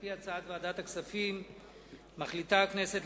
על-פי הצעת ועדת הכספים מחליטה הכנסת,